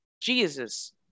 Jesus